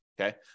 okay